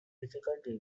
difficulty